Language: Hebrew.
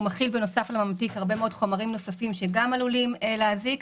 הוא מכיל בנוסף לממתיק הרבה מאוד חומרים נוספים שגם עלולים להזיק.